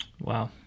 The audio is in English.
Wow